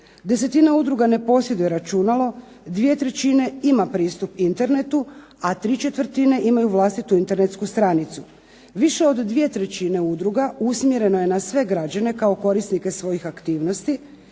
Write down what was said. Desetina udruga ne posjeduje računalo, dvije trećine ima pristup internetu, a tri četvrtine imaju vlastitu internetsku stranicu. Više od dvije trećine udruga usmjereno je na sve građane kao korisnike svojih aktivnosti.